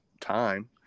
time